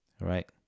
Right